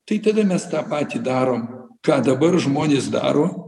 tai tada mes tą patį darom ką dabar žmonės daro